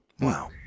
Wow